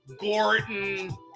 Gordon